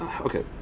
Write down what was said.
Okay